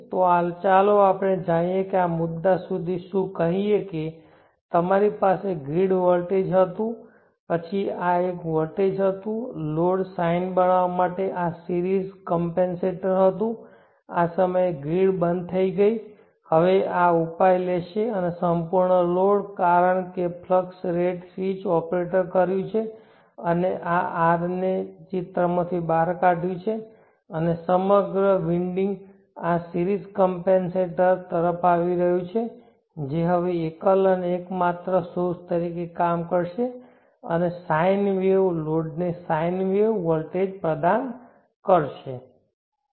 તો ચાલો આપણે આ મુદ્દા સુધી કહીએ કે તમારી પાસે ગ્રીડ વોલ્ટેજ હતું પછી આ એક વોલ્ટેજ હતું લોડ sine બનાવવા માટે આ સિરીઝ કમપેનસેટર હતું આ સમયે ગ્રીડ બંધ થઈ ગઈ હવે આ ઉપાય લેશે સંપૂર્ણ લોડ કારણ કે ફ્લક્સ રેટ સ્વિચ ઓપરેટ કર્યું છે અને આ R ને ચિત્રમાંથી બહાર કાઢ્યું છે અને સમગ્ર વિન્ડિંગ આ સિરીઝ કમપેનસેટર તરફ આવી રહ્યું છે જે હવે એકલ અને એકમાત્ર સોર્સ તરીકે કામ કરે છે અને sine વેવ લોડને sine વેવ વોલ્ટેજ પ્રદાન કરે છે